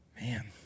man